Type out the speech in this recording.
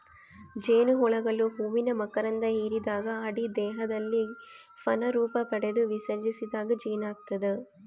ಜೇನುಹುಳುಗಳು ಹೂವಿನ ಮಕರಂಧ ಹಿರಿದಾಗ ಅಡಿ ದೇಹದಲ್ಲಿ ಘನ ರೂಪಪಡೆದು ವಿಸರ್ಜಿಸಿದಾಗ ಜೇನಾಗ್ತದ